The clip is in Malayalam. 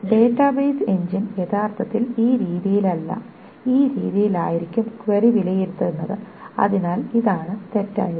ഡാറ്റാബേസ് എഞ്ചിൻ യഥാർത്ഥത്തിൽ ഈ രീതിയിൽ അല്ല ഈ രീതിയിൽ ആയിരിക്കും ക്വയറി വിലയിരുത്തുന്നത് അതിനാൽ ഇതാണ് തെറ്റായത്